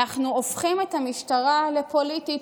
אנחנו הופכים את המשטרה לפוליטית,